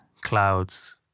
clouds